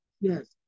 yes